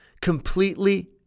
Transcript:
completely